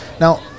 Now